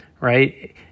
right